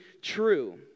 true